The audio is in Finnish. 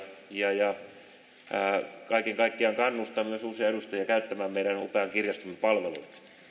ja ja kaiken kaikkiaan kannustan myös uusia edustajia käyttämään meidän upean kirjastomme palveluita